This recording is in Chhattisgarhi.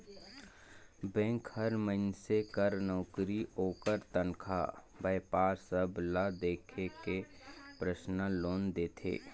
बेंक हर मइनसे कर नउकरी, ओकर तनखा, बयपार सब ल देख के परसनल लोन देथे